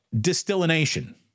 distillation